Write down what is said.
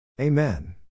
Amen